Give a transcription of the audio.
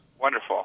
Wonderful